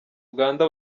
uganda